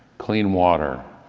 clean water.